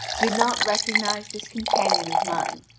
did not recognise this companion of mine,